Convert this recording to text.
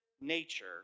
nature